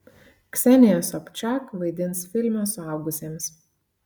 ksenija sobčak vaidins filme suaugusiems